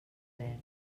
verd